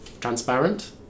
transparent